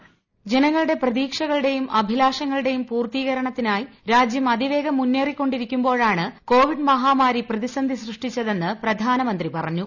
voice ജനങ്ങളുടെ പ്രതീക്ഷകളുടെയും അഭിലാഷങ്ങളുടെയും പൂർത്തീകരണത്തിനായി അതിവേഗം രാജ്യം മുന്നേറികൊണ്ടിരിക്കുമ്പോഴാണ് കോവിഡ് മഹാമാരി പ്രതിസന്ധി സൃഷ്ടിച്ചതെന്ന് പ്രധാനമന്ത്രി പറഞ്ഞു